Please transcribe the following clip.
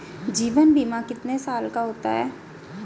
जीवन बीमा कितने साल का होता है?